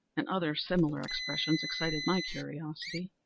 and other similar expressions, excited my curiosity.